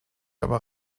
aber